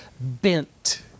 bent